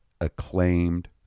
acclaimed